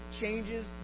changes